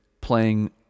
playing